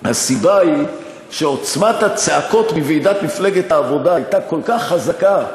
והסיבה היא שעוצמת הצעקות מסיעת מפלגת העבודה הייתה כל כך חזקה,